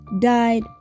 died